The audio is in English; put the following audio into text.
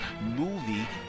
movie